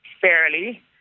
fairly